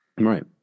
Right